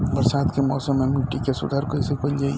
बरसात के मौसम में मिट्टी के सुधार कईसे कईल जाई?